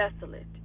desolate